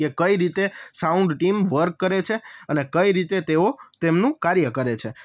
કે કઈ રીતે સાઉન્ડ ટીમ વર્ક કરે છે અને કઈ રીતે તેઓ તેમનું કાર્ય કરે છે